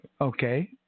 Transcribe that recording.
Okay